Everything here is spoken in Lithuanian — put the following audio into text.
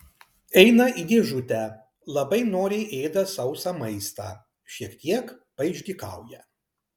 eina į dėžutę labai noriai ėda sausą maistą šiek tiek paišdykauja